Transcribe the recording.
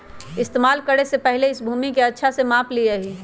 इस्तेमाल करे से पहले इस भूमि के अच्छा से माप ली यहीं